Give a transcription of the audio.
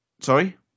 Sorry